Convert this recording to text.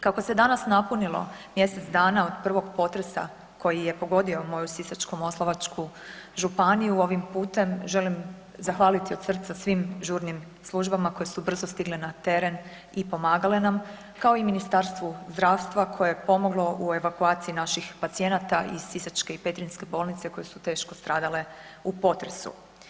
Kako se danas napunilo mjesec dana od prvog potresa koji je pogodio moju Sisačko-moslavačku županiju ovim putem želim zahvaliti od srca svim žurnim službama koje su brzo stigle na teren i pomagale nam, kao i Ministarstvu zdravstva koje je pomoglo u evakuaciji naših pacijenata iz sisačke i petrinjske bolnice koje su teško stradale u potresu.